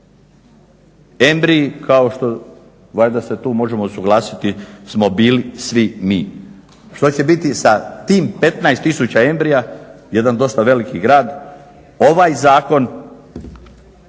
Embriji kao što valjda se tu možemo usuglasiti smo bili svi mi. Što će biti sa tim 15000 embrija, jedan dosta veliki grad ovaj zakon